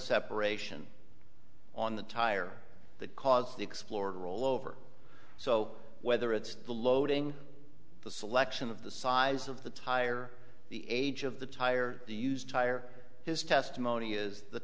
separation on the tire that caused the explorer rollover so whether it's the loading the selection of the size of the tire the age of the tire the used tire his testimony is the